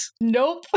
Nope